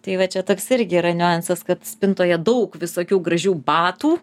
tai va čia toks irgi yra niuansas kad spintoje daug visokių gražių batų